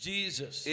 Jesus